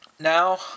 Now